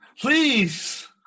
please